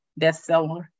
bestseller